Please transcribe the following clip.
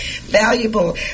valuable